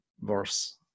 verse